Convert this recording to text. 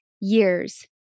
years